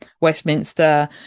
Westminster